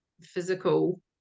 physical